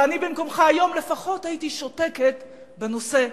ואני במקומך היום לפחות הייתי שותקת בנושא הזה.